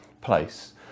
place